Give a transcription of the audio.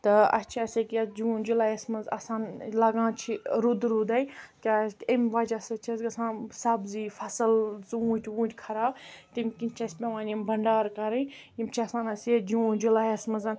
تہٕ اَسہِ چھِ اَسہِ ییٚکیاہ جوٗن جُلایَس منٛز آسان لَگان چھِ روٗدٕ روٗداے کیازِ کہِ اَمہِ وَجہ سۭتۍ چھِ اَسہِ گَژھان سبزی فَصل ژوٗنٹھۍ ووٗنٹھۍ خراب تمہِ کِنۍ چھِ اَسہِ پیوان یِم بنڑارٕ کَرٕنۍ یِم چھِ آسان اَسہِ ییٚتہِ جوٗن جُلایَس منٛز